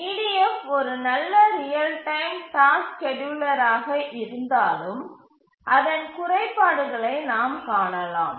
EDF ஒரு நல்ல real time task ஸ்கேட்யூலராக இருந்தாலும் அதன் குறைபாடுகளை நாம் காணலாம்